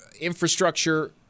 infrastructure